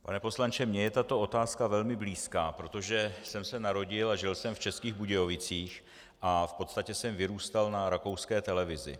Pane poslanče, mně je tato otázka velmi blízká, protože jsem se narodil a žil jsem v Českých Budějovicích a v podstatě jsem vyrůstal na rakouské televizi.